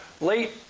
late